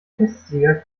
testsieger